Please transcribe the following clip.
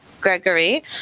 Gregory